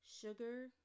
sugar